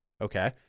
Okay